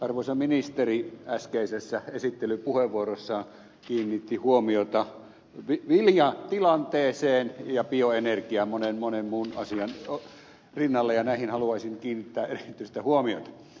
arvoisa ministeri äskeisessä esittelypuheenvuorossaan kiinnitti huomiota viljatilanteeseen ja bioenergiaan monen monen monen muun asian rinnalla ja näihin haluaisin kiinnittää erityistä huomiota